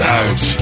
out